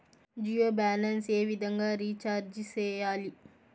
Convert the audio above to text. Jio balance ఏ విధంగా recharge సేయాలి?